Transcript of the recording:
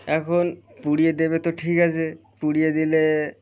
এখন পুড়িয়ে দেবে তো ঠিক আছে পুড়িয়ে দিলে